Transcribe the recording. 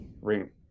Ring